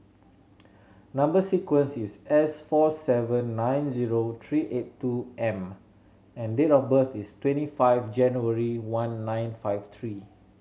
number sequence is S four seven nine zero three eight two M and date of birth is twenty five January one nine five three